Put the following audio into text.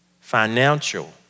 financial